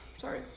Sorry